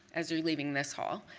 as you're leaving this hall.